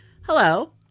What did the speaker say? Hello